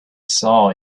saw